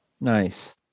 nice